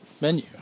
menu